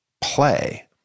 play